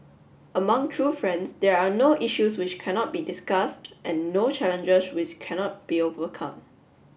among true friends there are no issues which cannot be discussed and no challenges which cannot be overcome